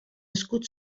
escut